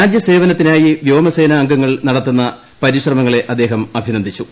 രാജ്യ സേവനത്തിനായി വ്യോമസേന അംഗങ്ങൾ നടത്തുന്ന പരിശ്രമങ്ങളെ അദ്ദേഹം അഭിനന്ദിച്ചു